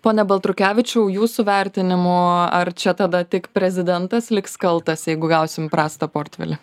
pone baltrukevičiau jūsų vertinimu ar čia tada tik prezidentas liks kaltas jeigu gausim prastą portvelį